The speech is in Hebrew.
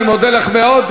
אני מודה לך מאוד.